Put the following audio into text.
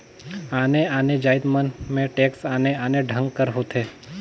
आने आने जाएत मन में टेक्स आने आने ढंग कर होथे